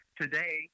Today